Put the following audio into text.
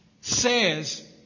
says